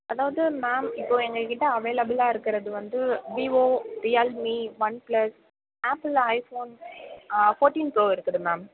அதாவது மேம் இப்போது எங்கள்க்கிட்ட அவைலபிளாக இருக்கிறது வந்து Vivo Realme OnePlus Apple iPhone fourteen Pro இருக்குது மேம்